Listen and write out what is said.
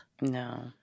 No